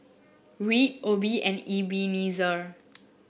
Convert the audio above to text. Reed Obie and Ebenezer